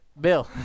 Bill